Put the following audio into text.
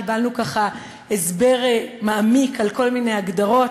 קיבלנו הסבר מעמיק על כל מיני הגדרות,